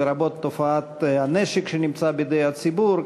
לרבות תופעת הנשק שנמצא בידי הציבור,